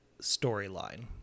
storyline